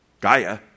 Gaia